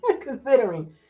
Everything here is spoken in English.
considering